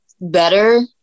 better